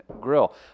Grill